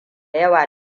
yawa